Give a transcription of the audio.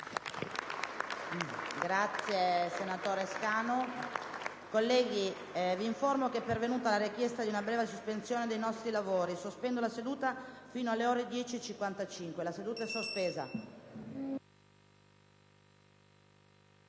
finestra"). Colleghi, vi informo che è pervenuta la richiesta di una breve sospensione dei nostri lavori. Pertanto, sospendo la seduta fino alle ore 10,55. *(La seduta, sospesa